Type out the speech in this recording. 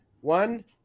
One